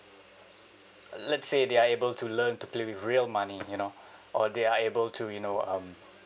let's say they are able to learn to play with real money you know or they are able to you know um